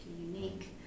unique